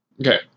Okay